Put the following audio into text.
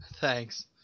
Thanks